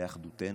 באחדותנו.